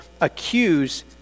accuse